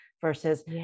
versus